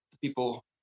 people